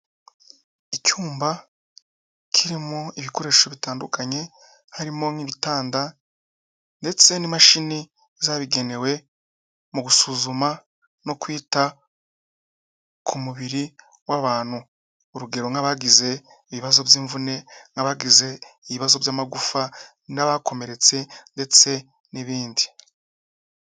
Icyumba kirimo ibikoresho bitandukanye, harimo nk'ibitanda ndetse n'imashini zabigenewe, mu gusuzuma no kwita ku mubiri w'abantu. Urugero nk'abagize ibibazo by'imvune, n'abagize ibibazo by'amagufa, n'abakomeretse, ndetse n'ibindi.